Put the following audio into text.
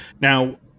Now